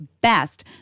best